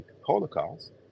Holocaust